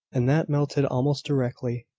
and that melted almost directly.